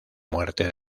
muerte